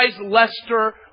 Lester